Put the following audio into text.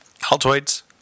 Altoids